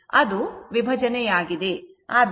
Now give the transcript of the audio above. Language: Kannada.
ಅದು ವಿಭಜನೆಯಾಗಿದೆ